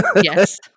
Yes